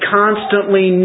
constantly